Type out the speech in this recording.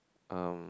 um